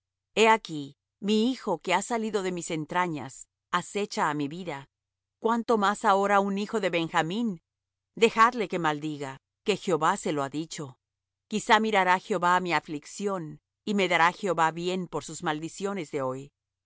he aquí mi hijo que ha salido de mis entrañas acecha á mi vida cuánto más ahora un hijo de benjamín dejadle que maldiga que jehová se lo ha dicho quizá mirará jehová á mi aflicción y me dará jehová bien por sus maldiciones de hoy